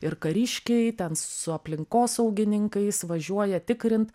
ir kariškiai ten su aplinkosaugininkais važiuoja tikrint